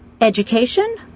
education